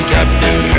Captain